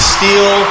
Steel